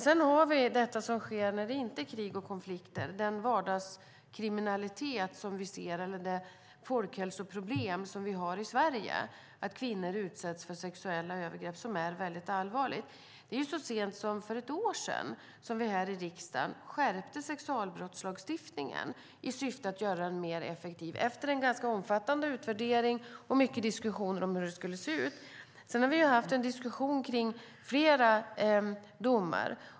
Sedan har vi det som sker när det inte är krig och konflikter, den vardagskriminalitet som vi ser eller det folkhälsoproblem som vi har i Sverige, nämligen att kvinnor utsätts för sexuella övergrepp. Det är väldigt allvarligt. Det är så sent som för ett år sedan som vi skärpte sexualbrottslagstiftningen i syfte att göra den mer effektiv, efter en ganska omfattande utvärdering och mycket diskussioner om hur den skulle se ut. Så har vi haft en diskussion om flera domar.